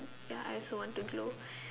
ya I also want to glow